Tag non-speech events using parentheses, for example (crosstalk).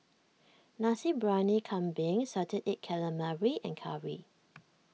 Nasi Briyani Kambing Salted Egg Calamari and Curry (noise)